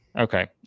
Okay